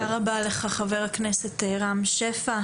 תודה רבה לך, חבר הכנסת רם שפע.